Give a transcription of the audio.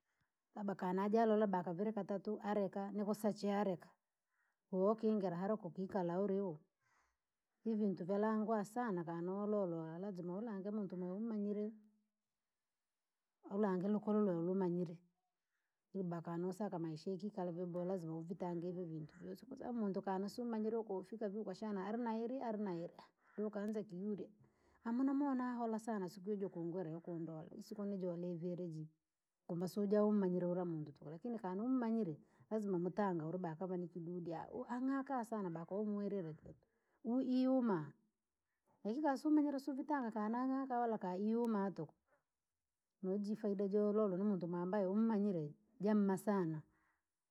Labda kana ajoalo bakaviri katatu areka nokusche areka, wewe wokingira haloko kikala uri wu. Ivi vintu vyalangwa sana kaniwololwa lazima ulange mwe uumanyire. Ulange lukululu umanyire, tibaa konosaka maisha yakikale vyaboha lazima uvitange ivo vintu vyosi kwasababu muntu kanasi umanyire ukofika vii ukashana ari na iri ari na iri, de- ukaanza kiburi. Amu namwona ahola sana siku ijo ukungulila ukundole, isiku nijo liveleji, kumbe siwija umanyire ura munta tuku takini kani nummanyire, lazima mutanga uri da kama nikidudi aaha ang'aka sana ba kowumwirire kintu. Mwi iyuma, lakini kasumwiruri sivitanga kaang'aka wola kaiyuma tuku, noji faida jololwa ni muntu mwe ambaye wamumanyire, jamuma sana.